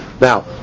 Now